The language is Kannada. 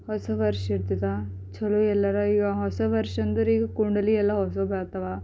ಹೊಸ ವರ್ಷ ಇರ್ತದೆ ಚಲೋ ಎಲ್ಲರ ಈಗ ಹೊಸ ವರ್ಷ ಅಂದರೀಗ ಕುಂಡಲಿ ಎಲ್ಲ ಹೊಸದು ಆಗ್ತವ